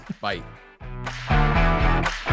Bye